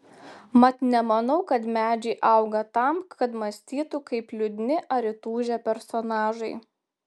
mat nemanau kad medžiai auga tam kad mąstytų kaip liūdni ar įtūžę personažai